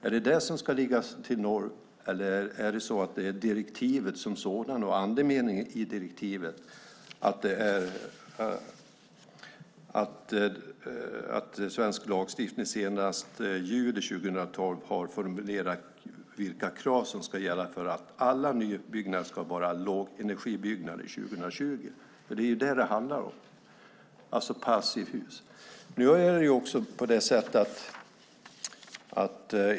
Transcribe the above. Är det den som ska gälla, eller är det direktivet som sådant och andemeningen i direktivet om att det i svensk lagstiftning senast i juli 2012 ska vara formulerat att alla nybyggnader ska vara lågenergibyggnader 2020 som ska gälla? Det är det som det handlar om, alltså passivhus.